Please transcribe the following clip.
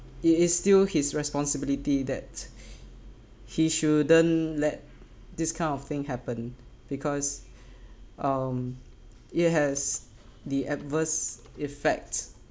it is still his responsibility that he shouldn't let this kind of thing happen because um it has the adverse effects